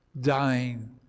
dying